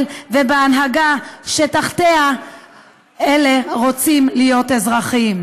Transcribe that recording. ובהנהגה שתחתיה אלה רוצים להיות אזרחים,